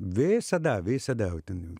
visada visada jau ten jau